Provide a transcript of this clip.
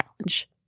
challenge